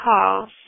calls